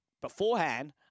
beforehand